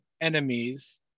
enemies